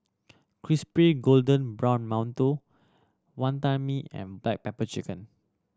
crispy golden brown mantou Wonton Mee and black pepper chicken